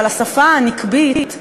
אבל השפה הנקבית,